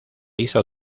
hizo